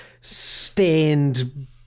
stained